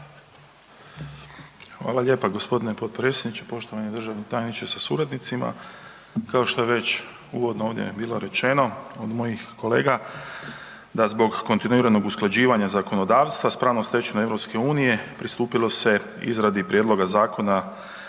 Hvala lijepa g. potpredsjedniče, poštovani državni tajniče sa suradnicima. Kao što je već uvodno ovdje bilo rečeno od mojih kolega da zbog kontinuiranog usklađivanja zakonodavstva s pravnom stečevinom EU pristupilo se izradi prijedloga zakona